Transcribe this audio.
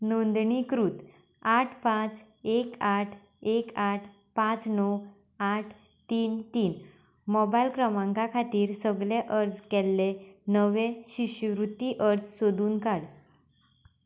नोंदणीकृत आठ पांच एक आठ एक आठ पांच णव आठ तीन तीन मोबायल क्रमांका खातीर सगळे अर्ज केल्ले नवे शिश्यवृत्ती अर्ज सोदून काड